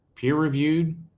Peer-reviewed